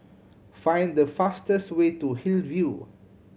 find the fastest way to Hillview